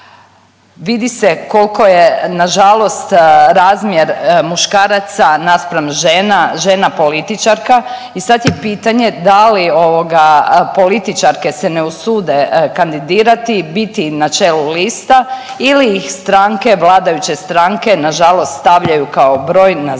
Vidi se kolko je nažalost razmjer muškaraca naspram žena, žena političarka i sad je pitanje da li ovoga političarke se ne usude kandidirati i biti na čelu lista ili ih stranke, vladajuće stranke nažalost stavljaju kao broj na začelje.